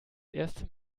erste